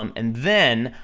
um and then,